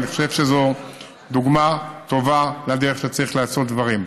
אני חושב שזו דוגמה טובה לדרך שבה צריך לעשות דברים.